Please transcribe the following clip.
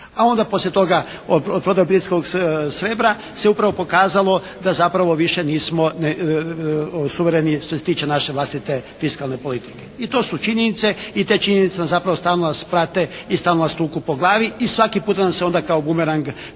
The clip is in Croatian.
A onda poslije toga prodajom obiteljskog srebra se upravo pokazalo da zapravo više nismo suvereni što se tiče naše vlastite fiskalne politike. I to su činjenice i te činjenice nas zapravo stalno nas prate i stalno nas tuku po glavi i svaki puta vam se onda kao bumerang vrati.